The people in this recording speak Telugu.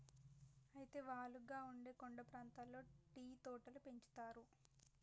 అయితే వాలుగా ఉండే కొండ ప్రాంతాల్లో టీ తోటలు పెంచుతారు